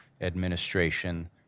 administration